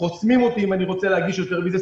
חוסמים אותי אם אני רוצה להגיש יותר מזה.